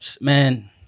Man